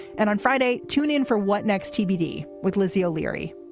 and on friday, tune in for what next? tbd with lizzie o'leary.